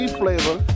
flavor